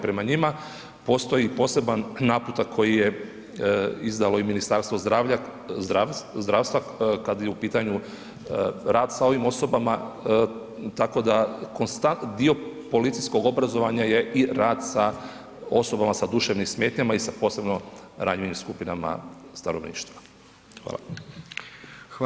Prema njima postoji poseban naputak koji je izdalo i Ministarstvo zdravstva kad je u pitanju rad sa ovim osobama, tako da dio policijskog obrazovanja je i rad sa osobama sa duševnim smetnjama i sa posebno ranjivim skupinama stanovništva, hvala.